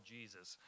Jesus